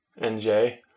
NJ